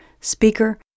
speaker